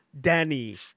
Danny